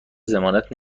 ضمانت